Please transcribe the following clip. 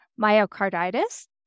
myocarditis